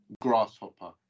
grasshopper